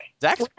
Zach